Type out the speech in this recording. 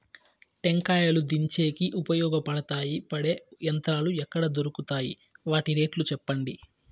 టెంకాయలు దించేకి ఉపయోగపడతాయి పడే యంత్రాలు ఎక్కడ దొరుకుతాయి? వాటి రేట్లు చెప్పండి?